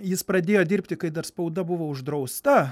jis pradėjo dirbti kai dar spauda buvo uždrausta